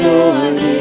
Lord